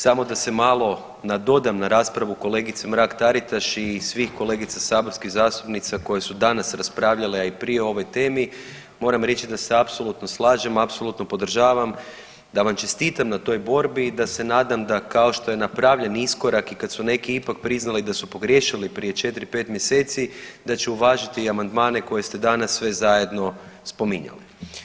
Samo da se malo nadodam na raspravu kolegice Mrak Taritaš i svih kolegica saborskih zastupnica koje su danas raspravljale, a i prije o ovoj temi, moram reći da se apsolutno slažem, apsolutno podržavam, da vam čestitam na toj borbi i da se nadam da kao što je napravljen iskorak i kad su neki ipak priznali da su pogriješili prije četiri, pet mjeseci da će uvažiti i amandmane koje ste danas sve zajedno spominjale.